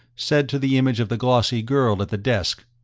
said to the image of the glossy girl at the desk,